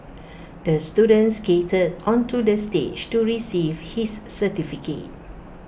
the student skated onto the stage to receive his certificate